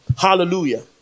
Hallelujah